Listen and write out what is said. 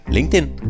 LinkedIn